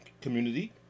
community